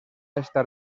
estar